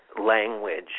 language